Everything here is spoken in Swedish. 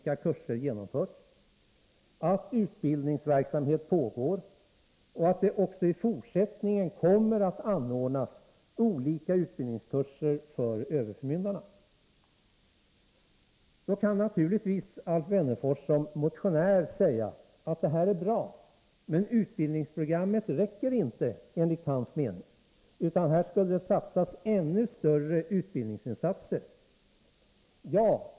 Man konstaterar vidare att utbildningsverksam het pågår och att det även i fortsättningen kommer att anordnas utbildnings Nr 20 kurser för överförmyndare. I sin egenskap av motionär kan naturligtvis Alf Wennerfors säga att det här är bra men att utbildningsprogrammet enligt hans mening inte räcker till, utan att större utbildningsinsatser bör göras.